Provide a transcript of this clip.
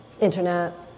internet